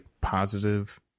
positive